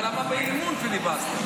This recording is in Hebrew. אבל למה באי-אמון פיליבסטר?